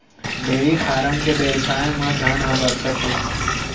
dairy farm के बेवसाय म धन ह बरसत हे